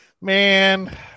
man